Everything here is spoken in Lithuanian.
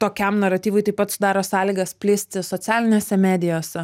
tokiam naratyvui taip pat sudaro sąlygas plisti socialinėse medijose